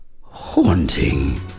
haunting